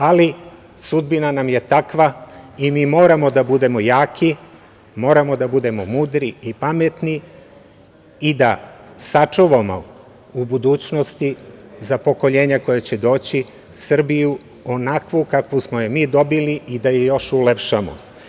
Ali sudbina nam je takva i mi moramo da budemo jaki, moramo da budemo mudri i pametni i da sačuvamo u budućnosti za pokoljenja koja će doći Srbiju onakvu kakvu smo je mi dobili i da je još ulepšamo.